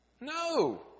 No